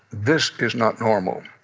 this is not normal.